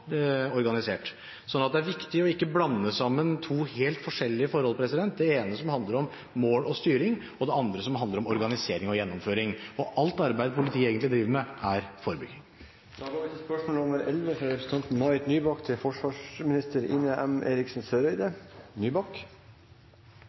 det er viktig ikke å blande sammen helt forskjellige forhold – det ene som handler om mål og styring, og det andre som handler om organisering og gjennomføring. Alt arbeidet politiet egentlig driver med, er forebygging. Jeg har tillatt meg å stille følgende spørsmål til forsvarsministeren: «I statsrådens svar på mitt skriftlige spørsmål nr. 1601 forholder hun seg ikke til